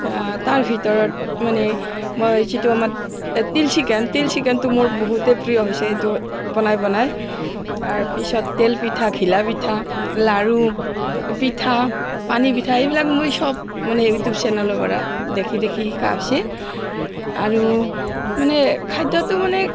তাৰ ভিতৰত মানে মই যিটো আমাৰ তিল চিকেন তিল চিকেনটো মোৰ বহুতেই প্ৰিয় হৈছে সেইটো বনাই বনাই তাৰপিছত তেলপিঠা ঘিলাপিঠা লাড়ু পিঠা পানীপিঠা এইবিলাক মই চব মানে ইউটিউব চেনেলৰ পৰা দেখি দেখি শিকা হৈছে আৰু মানে খাদ্যটো মানে